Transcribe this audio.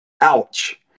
Ouch